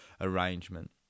arrangement